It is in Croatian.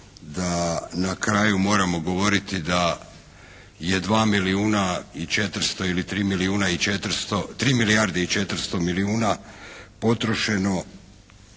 na kraju moramo govoriti da je 2 milijuna i 400 ili 3 milijuna